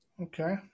Okay